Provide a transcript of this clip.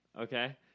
Okay